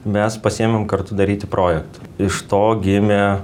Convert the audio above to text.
mes pasiimam kartu daryti projektą iš to gimė